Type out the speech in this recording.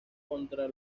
contra